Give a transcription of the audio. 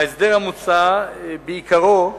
ההסדר המוצע, בעיקרו,